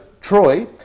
Troy